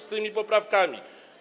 z tymi poprawkami.